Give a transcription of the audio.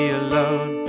alone